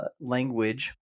language